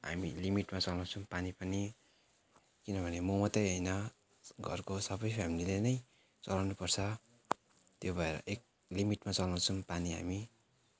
हामी लिमिटमा चलाउँछौँ पानी पनि किनभने म मात्रै होइन घरको सबै फ्यामिलिले नै चलाउनु पर्छ त्यो भएर एक लिमिटमा चलाउछौँ पानी हामी